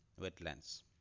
wetlands